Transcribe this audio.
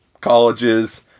college's